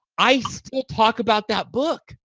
i still talk about that book.